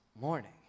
morning